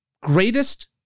greatest